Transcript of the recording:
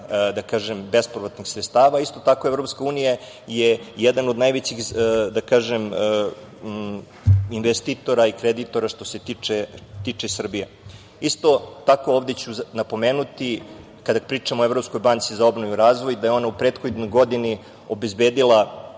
evra bespovratnih sredstava. Isto tako, EU je jedan od najvećih investitora i kreditora što se tiče Srbije. Isto tako, ovde ću napomenuti, kada pričamo o Evropskoj banci za obnovu i razvoj, da je ona u prethodnoj godini obezbedila